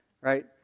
right